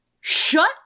Shut